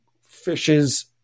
fishes